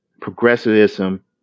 progressivism